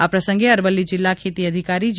આ પ્રસંગે અરવલ્લી જિલ્લા ખેતી અધિકારી જે